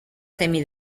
semi